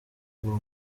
uwo